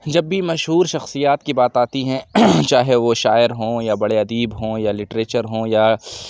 جب بھی مشہور شخصیات کی بات آتی ہیں چاہے وہ شاعر ہوں یا بڑے ادیب ہوں یا لٹریچر ہوں یا